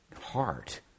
heart